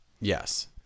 Yes